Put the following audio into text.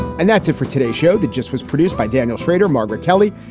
and that's it for today show that just was produced by daniel shrader, margaret kelly,